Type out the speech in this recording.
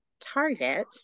Target